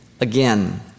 again